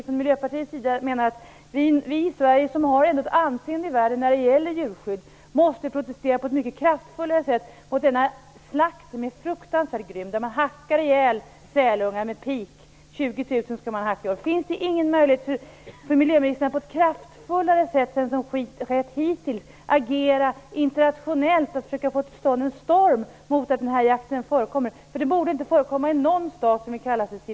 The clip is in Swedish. Från miljöpartiets sida menar att eftersom Sverige har ett anseende i världen när det gäller djurskydd måste vi protestera mot ett mycket kraftfullare sätt mot denna slakt. Det är en slakt som är fruktansvärt grym. Man hackar ihjäl sälungar med pik. 20 000 skall man hacka i år. Finns det ingen möjlighet för miljöministern att på ett kraftfullare sätt än hittills agera internationellt för att försöka få till stånd en storm mot den här jakten. Den borde inte förekomma i någon stat som vill kalla sig civiliserad.